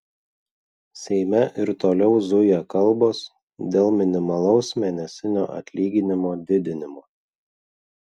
seime ir toliau zuja kalbos dėl minimalaus mėnesinio atlyginimo didinimo